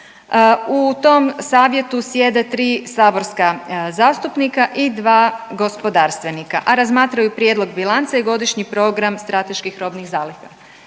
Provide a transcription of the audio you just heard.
U tom Savjetu sjede 3 saborska zastupnika i 2 gospodarstvenika, a razmatraju prijedlog bilance i godišnji program strateških robnih zaliha.